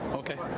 okay